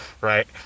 right